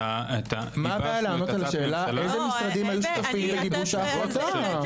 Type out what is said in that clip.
-- מה הבעיה לענות על השאלה אילו משרדים היו שותפים לגיבוש החלטה?